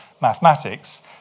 mathematics